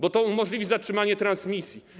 Bo to umożliwi zatrzymanie transmisji.